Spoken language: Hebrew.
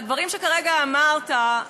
והדברים שכרגע אמרת,